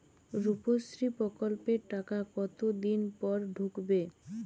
রুপশ্রী প্রকল্পের টাকা কতদিন পর ঢুকবে?